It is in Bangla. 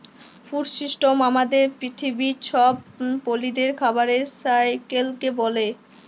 ফুড সিস্টেম আমাদের পিথিবীর ছব প্রালিদের খাবারের সাইকেলকে ব্যলে